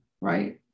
right